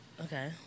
Okay